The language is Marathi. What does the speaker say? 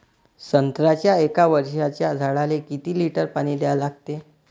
संत्र्याच्या एक वर्षाच्या झाडाले किती लिटर पाणी द्या लागते?